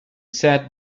said